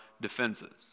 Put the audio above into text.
defenses